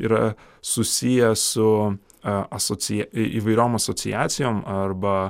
yra susiję su asocia įvairiom asociacijom arba